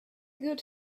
good